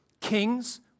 kings